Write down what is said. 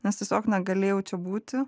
nes tiesiog negalėjau čia būti